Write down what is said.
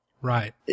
Right